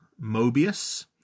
Mobius